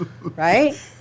Right